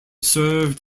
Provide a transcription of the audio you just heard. served